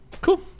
cool